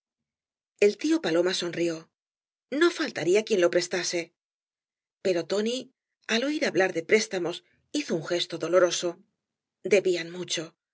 el tío paloma sonrió no faltaría quien lo prestase pero tóni al oir hablar de préstamos hizo un gesto doloroso debían mucho